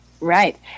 Right